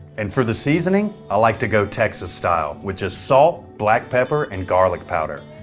and for the seasoning, i like to go texas style, which is salt, black pepper and garlic powder.